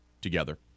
together